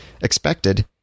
expected